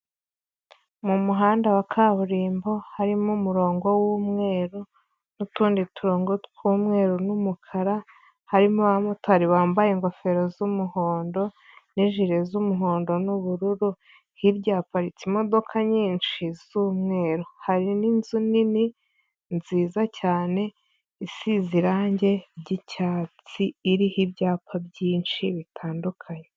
Mu muhanda wa kaburimbo harimo umurongo w'umweru n'utundi turongo tw'umweru n'umukara, harimo abamotari bambaye ingofero z'umuhondo n'ijire z'umuhondo n'ubururu, hirya haparitse imodoka nyinshi z'umweru, hari n'inzu nini nziza cyane isize irange ry'icyatsi, iriho ibyapa byinshi bitandukanye.